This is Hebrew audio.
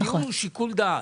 הדיון הוא שיקול דעת.